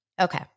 Okay